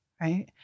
right